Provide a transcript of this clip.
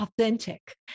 authentic